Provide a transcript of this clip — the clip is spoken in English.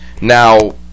Now